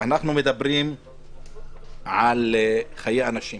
אנחנו מדברים על חיי אנשים,